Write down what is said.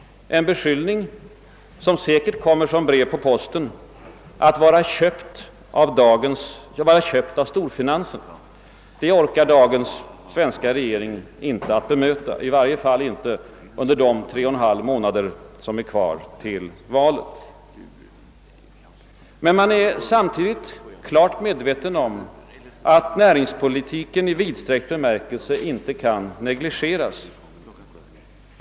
En beskyllning — som säkert kommer som ett brev på posten — att vara köpt av storfinansen orkar dagens svenska regering inte bemöta, i varje fall inte under de tre och en halv månader som är kvar till valet. Men man är samtidigt klart medveten om att näringspolitiken i vidsträckt bemärkelse inte kan negligeras.